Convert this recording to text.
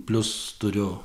plius turiu